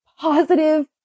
positive